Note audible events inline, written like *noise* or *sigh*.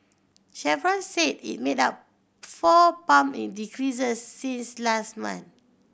Chevron said it made *unintelligible* four pump *unintelligible* decreases since last month